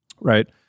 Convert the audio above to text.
right